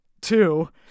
Two